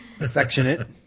affectionate